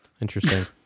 interesting